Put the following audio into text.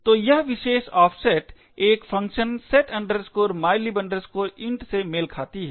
तो यह विशेष ऑफसेट एक फ़ंक्शन set mylib int से मेल खाती है